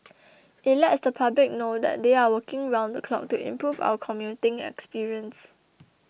it lets the public know that they are working round the clock to improve our commuting experience